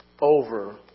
over